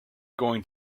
going